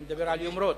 אני מדבר על יומרות.